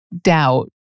doubt